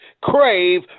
Crave